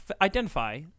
identify